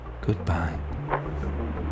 goodbye